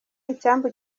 icyambu